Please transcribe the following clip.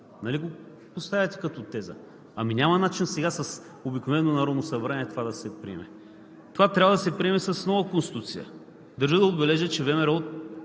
Нали го поставяте като теза? Ами няма начин сега с обикновено Народно събрание това да се приеме. Това трябва да се приеме с нова Конституция. Държа да отбележа, че от